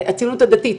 הציונות הדתית,